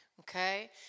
Okay